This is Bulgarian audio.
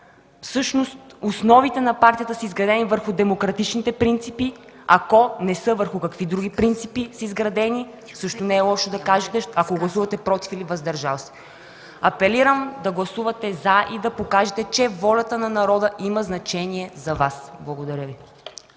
всъщност основите на партията са изградени върху демократичните принципи, ако не са – върху какви други принципи са изградени, също не е лошо да кажете, ако гласувате „против” или „въздържал се”. Апелирам да гласувате „за” и да покажете, че волята на народа има значение за Вас. Благодаря Ви.